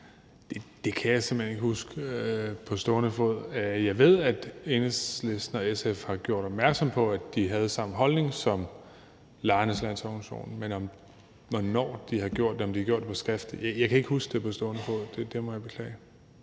Det kan jeg simpelt hen ikke huske på stående fod. Jeg ved, at Enhedslisten og SF har gjort opmærksom på, at de havde samme holdning som Lejernes Landsorganisation, men hvornår de har gjort det, og om de har gjort det på skrift, kan jeg ikke huske på stående fod. Det må jeg beklage.